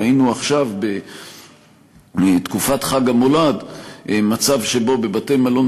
ראינו עכשיו בתקופת חג המולד מצב שבו בבתי-מלון